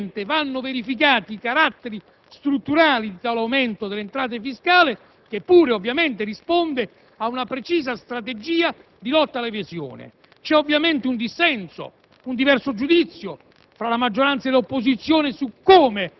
ma da non enfatizzare, perché ovviamente vanno verificati i caratteri strutturali di tale aumento delle entrate fiscali, che pure ovviamente risponde ad una precisa strategia di lotta all'evasione. C'è ovviamente un dissenso, un diverso giudizio